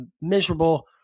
miserable